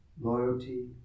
loyalty